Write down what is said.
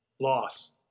Loss